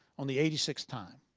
on the eighty sixth time.